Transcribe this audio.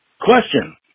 Question